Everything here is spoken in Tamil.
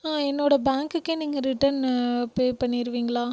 என்னோட பேங்குக்கே நீங்கள் ரிட்டன்னு பே பண்ணிடுவீங்ளா